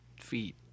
feet